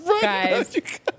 guys